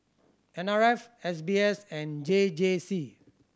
N R F S B S and J J C